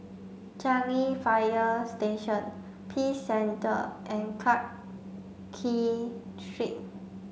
Changi Fire Station Peace Centre and Clarke Street